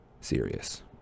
Serious